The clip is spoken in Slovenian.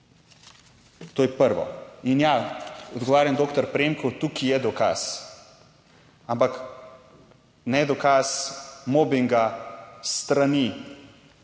To je prvo in ja, odgovarjam doktor Premku, tukaj je dokaz, ampak ne dokaz mobinga s strani,